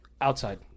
Outside